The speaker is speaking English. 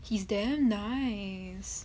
he's damn nice